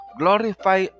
glorify